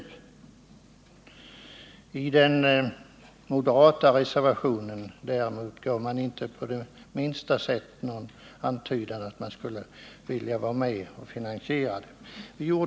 I den avvikande mening som moderaterna har anfört till finansutskottets yttrande gavs det däremot inte på minsta sätt någon antydan om att man ville vara med och finansiera sänkningen.